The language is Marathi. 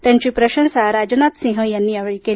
त्यांची प्रशंसा राजनाथ सिंह यांनी केली